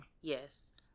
yes